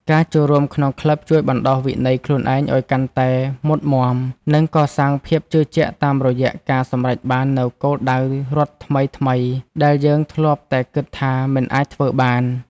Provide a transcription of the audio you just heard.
ការចូលរួមក្នុងក្លឹបជួយបណ្ដុះវិន័យខ្លួនឯងឱ្យកាន់តែមុតមាំ និងកសាងភាពជឿជាក់តាមរយៈការសម្រេចបាននូវគោលដៅរត់ថ្មីៗដែលយើងធ្លាប់តែគិតថាមិនអាចធ្វើបាន។